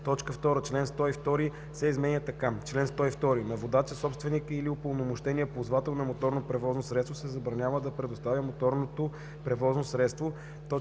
2. Член 102 се изменя така: ,,Чл.102. На водача, собственика или упълномощения ползвател на моторно пътно превозно средство се забранява да предоставя моторното превозно средство: 1.